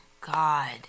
God